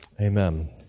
Amen